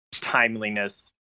timeliness